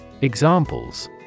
Examples